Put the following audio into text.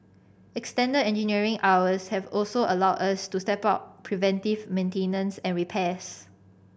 extended engineering hours have also allowed us to step up preventive maintenance and repairs